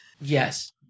Yes